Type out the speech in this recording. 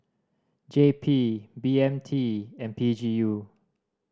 J P B M T and P G U